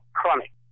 chronic